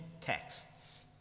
texts